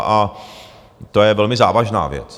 A to je velmi závažná věc.